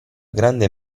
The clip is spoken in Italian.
grande